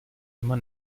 immer